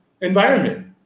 environment